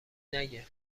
نگه